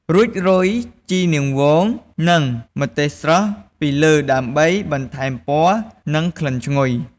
រួចរោយ ជីនាងវង និង ម្ទេសស្រស់ ពីលើ ដើម្បីបន្ថែមពណ៌ និងក្លិនឈ្ងុយ។